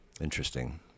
Interesting